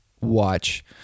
watch